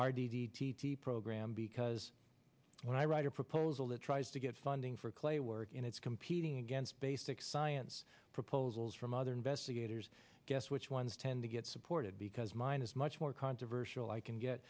r d t t program because when i write a proposal that tries to get funding for clay work and it's competing against basic science proposals from other investigators guess which ones tend to get supported because mine is much more controversial i can get